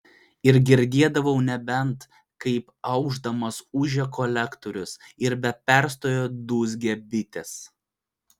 ir girdėdavau nebent kaip aušdamas ūžia kolektorius ir be perstojo dūzgia bitės